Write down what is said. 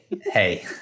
hey